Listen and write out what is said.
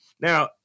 Now